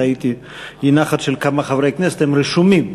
ראיתי אי-נחת של כמה חברי כנסת, הם רשומים.